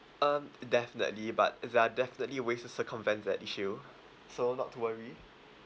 um definitely but there are definitely ways to circumvent that issue so not to worry